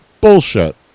bullshit